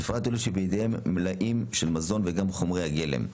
בפרט אלו שבידיהם מלאים של מזון וגם חומרי גלם.